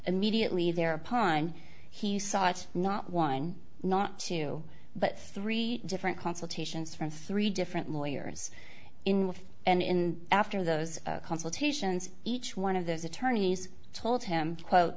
immediately there upon he sought not one not two but three different consultations from three different lawyers in with and in after those consultations each one of those attorneys told him quote